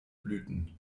blüten